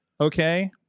okay